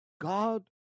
God